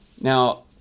Now